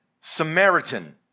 Samaritan